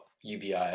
UBI